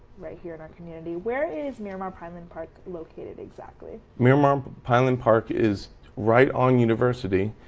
right here on our community. where is miramar pineland park located exactly? miramar pineland park is right on university.